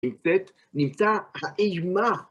נמצאת האימה.